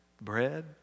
Bread